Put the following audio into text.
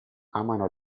amano